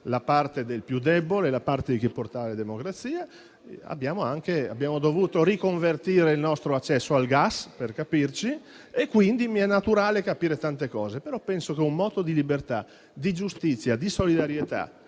la parte del più debole, la parte di chi porta la democrazia, abbiamo anche dovuto riconvertire il nostro accesso al gas, quindi mi è naturale capire tante cose. Penso però che dobbiamo avere un moto di libertà, di giustizia e di solidarietà